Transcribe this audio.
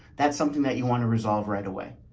that's something that you want to resolve right away.